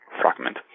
fragment